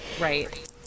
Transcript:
right